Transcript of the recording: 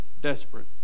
desperate